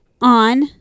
on